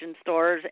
stores